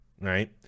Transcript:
Right